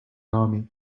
army